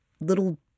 little